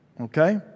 Okay